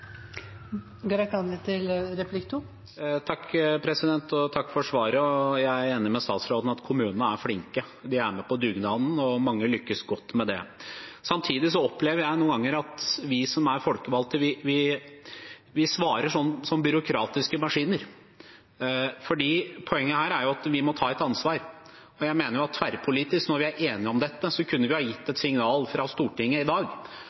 Takk for svaret. Jeg er enig med statsråden i at kommunene er flinke. De er med på dugnaden og mange lykkes godt med det. Samtidig opplever jeg noen ganger at vi som er folkevalgte, svarer som byråkratiske maskiner. Poenget her er at vi må ta et ansvar. Jeg mener at når vi er enige om dette tverrpolitisk, kunne vi ha gitt et signal fra Stortinget i dag